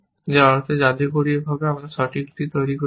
যার অর্থ যাদুকরীভাবে আমরা সঠিকটি তৈরি করছি